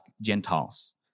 Gentiles